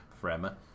forever